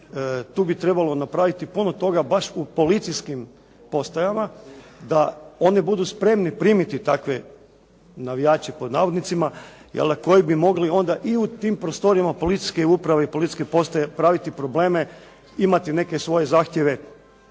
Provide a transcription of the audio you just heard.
tu bi trebalo napraviti puno toga baš u policijskim postajama, da oni budu spremni primiti takve navijače pod navodnicima koji bi mogli onda i u tim prostorijama policijske uprave i policijske postaje praviti probleme, imati neke svoje zahtjeve,